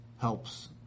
helps